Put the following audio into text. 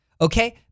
Okay